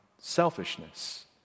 selfishness